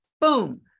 boom